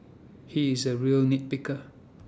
he is A real nit picker